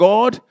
God